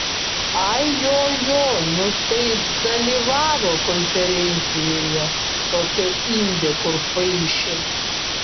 ai jo jo nu tai dalyvavo konferencijoje tokia indė kur paišė